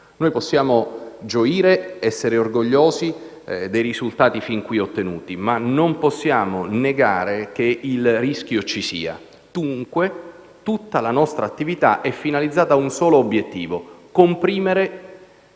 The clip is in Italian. Noi possiamo gioire ed essere orgogliosi dei risultati fin qui ottenuti, ma non possiamo negare che il rischio ci sia. Dunque, tutta la nostra attività è finalizzata a un solo obiettivo: comprimere